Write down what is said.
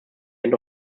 end